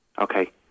Okay